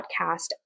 podcast